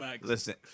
listen